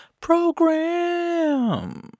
program